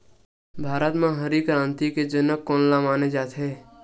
भारत मा हरित क्रांति के जनक कोन ला माने जाथे?